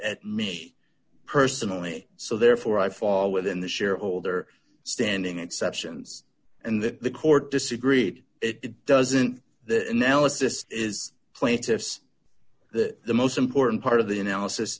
at me personally so therefore i fall within the shareholder standing exceptions and that the court disagreed it doesn't that analysis is plaintiff's that the most important part of the analysis